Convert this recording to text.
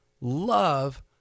love